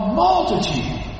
multitude